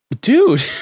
dude